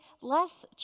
less